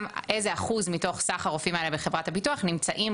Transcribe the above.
איזה אחוז מתוך סך הרופאים האלה בחברת הביטוח נמצאים